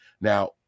Now